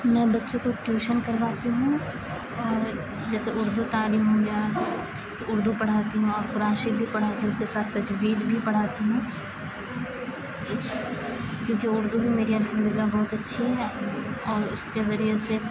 میں بچوں کو ٹیوشن کرواتی ہوں اور جیسے اردو تعلیم ہو گیا تو اردو پڑھاتی ہوں اور قرآن شریف بھی پڑھاتی ہوں اس کے ساتھ تجوید بھی پڑھاتی ہوں کیونکہ اردو بھی میری الحمد للہ بہت اچھی ہے اور اس کے ذریعے سے